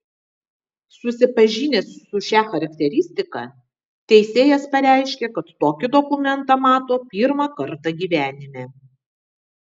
susipažinęs su šia charakteristika teisėjas pareiškė kad tokį dokumentą mato pirmą kartą gyvenime